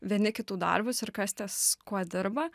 vieni kitų darbus ir kas ties kuo dirba